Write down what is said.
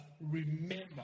Remember